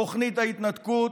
תוכנית ההתנתקות,